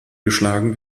geschlagen